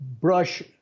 brush